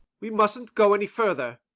we mustn't go any further.